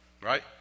right